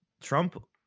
Trump